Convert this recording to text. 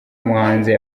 muhanzi